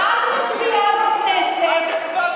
הצבעת